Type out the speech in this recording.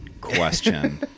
question